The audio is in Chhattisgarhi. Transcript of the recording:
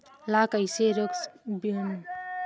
ला कइसे रोक बोन?